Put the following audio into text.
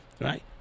right